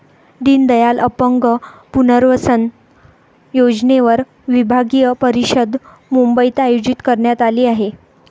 दीनदयाल अपंग पुनर्वसन योजनेवर विभागीय परिषद मुंबईत आयोजित करण्यात आली आहे